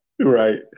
right